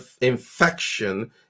infection